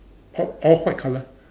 all all white colour